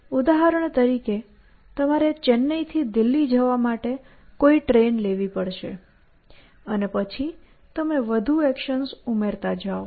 ઉદાહરણ તરીકે તમારે ચેન્નઈથી દિલ્હી જવા માટે કોઈ ટ્રેન લેવી પડશે અને પછી તમે વધુ એક્શન્સ ઉમેરતા જાઓ